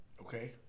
Okay